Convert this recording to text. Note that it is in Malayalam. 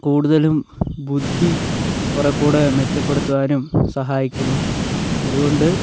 കൂടുതലും ബുദ്ധി കുറേക്കൂടി മെച്ചപ്പെടുത്താനും സഹായിക്കുന്നു അതുകൊണ്ട്